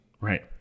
Right